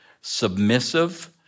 submissive